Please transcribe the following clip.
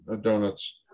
donuts